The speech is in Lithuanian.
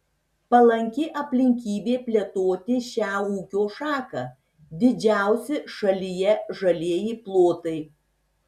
palanki aplinkybė plėtoti šią ūkio šaką didžiausi šalyje žalieji plotai